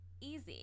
easy